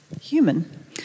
human